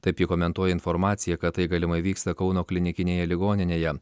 taip ji komentuoja informaciją kad tai galimai vyksta kauno klinikinėje ligoninėje